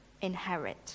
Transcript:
inherit